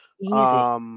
Easy